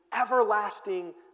everlasting